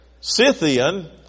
Scythian